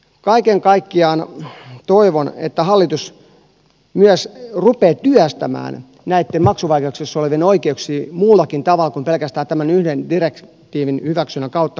kaiken kaikkiaan toivon että hallitus myös rupeaa työstämään näitten maksuvaikeuksissa olevien oikeuksia muullakin tavalla kuin pelkästään tämmöisen yhden direktiivin hyväksynnän kautta